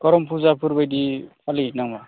करम फुजा फोरबो बेफोरबायदि फालियो नामा